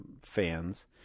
fans